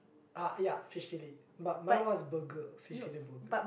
ah ya fish fillet but my one was burger fish fillet burger